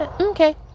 Okay